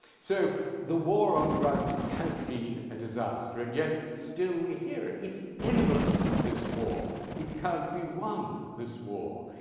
so the war on drugs has been a disaster, and yet still we hear it. it's endless, this war. it cant be won, this war.